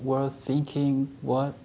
were thinking what